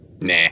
Nah